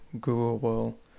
Google